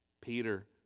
Peter